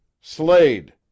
slade